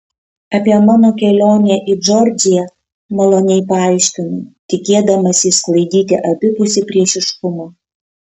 apie mano kelionę į džordžiją maloniai paaiškinu tikėdamasi išsklaidyti abipusį priešiškumą